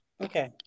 Okay